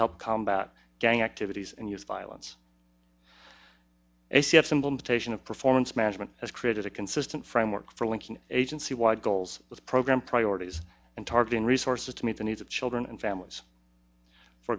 help combat gang activities and youth violence a c s implementation of performance management has created a consistent framework for linking agency wide goals with program priorities and targeting resources to meet the needs of children and families for